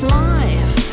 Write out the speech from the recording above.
life